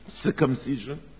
circumcision